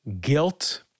guilt